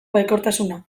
baikortasuna